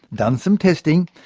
done some testing,